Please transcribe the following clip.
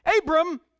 Abram